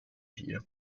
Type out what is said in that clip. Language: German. hier